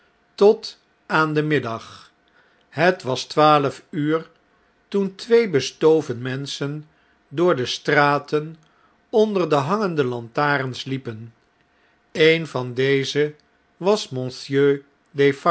tot aan den middag het was twaalf uur toen twee bestoven menschen door de straten onder de hangende lantarens liepen een van dezen was